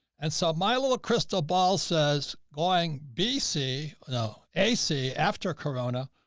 and so my little crystal ball says going bc, no ac after corona.